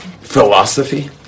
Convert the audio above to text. philosophy